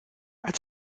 als